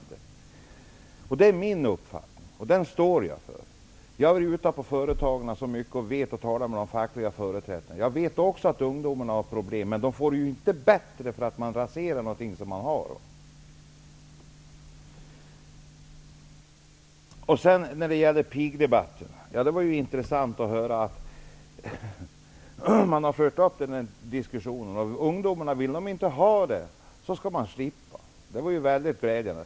Det är min uppfattning, och den står jag för. Jag har varit ute mycket hos företag och talat med de fackliga företrädarna. Jag vet också att ungdomarna har problem. Men de får det inte bättre för att man raserar det man har. När det sedan gäller pigdebatten var det intressant att höra att om ungdomarna inte vill ha de jobben skall de få slippa. Det var ju väldigt glädjande.